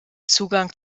zugang